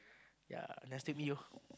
ya just let me know